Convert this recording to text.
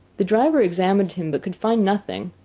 the driver examined him, but could find nothing.